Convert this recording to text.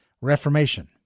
reformation